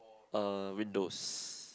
uh windows